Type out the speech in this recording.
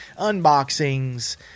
unboxings